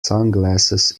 sunglasses